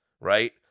right